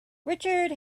richard